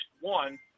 one